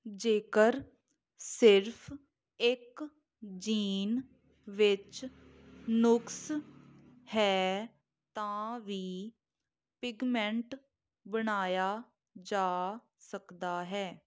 ਜੇਕਰ ਸਿਰਫ਼ ਇੱਕ ਜੀਨ ਵਿੱਚ ਨੁਕਸ ਹੈ ਤਾਂ ਵੀ ਪਿਗਮੈਂਟ ਬਣਾਇਆ ਜਾ ਸਕਦਾ ਹੈ